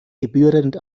gebührend